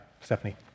Stephanie